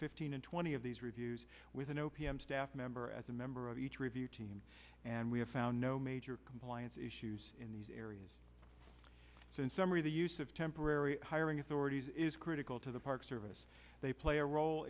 fifteen and twenty of these reviews with an o p m staff member as a member of each review team and we have found no major compliance issues in these areas so in summary the use of temporary hiring authorities is critical to the park service they play a role